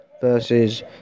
versus